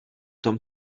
tom